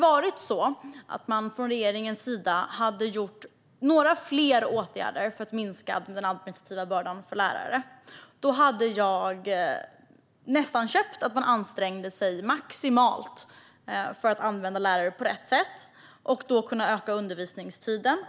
Om man från regeringens sida hade vidtagit några fler åtgärder för att minska den administrativa bördan för lärare hade jag nästan köpt att man ansträngde sig maximalt för att använda lärare på rätt sätt för att då kunna öka undervisningstiden.